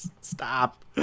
Stop